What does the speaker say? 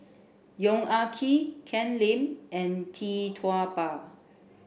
Yong Ah Kee Ken Lim and Tee Tua Ba